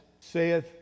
saith